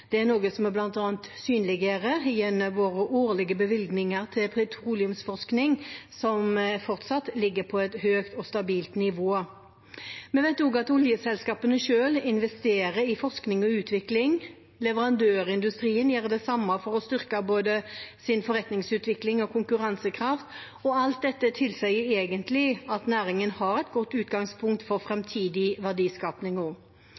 Det er noe vi bl.a. synliggjør i våre årlige bevilgninger til petroleumsforskning, som fortsatt ligger på et høyt og stabilt nivå. Vi vet også at oljeselskapene selv investerer i forskning og utvikling. Leverandørindustrien gjør det samme for å styrke både sin forretningsutvikling og sin konkurransekraft. Alt dette tilsier at næringen har et godt utgangspunkt for